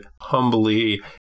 humbly